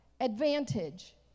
advantage